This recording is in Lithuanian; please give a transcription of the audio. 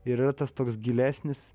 ir yra tas toks gilesnis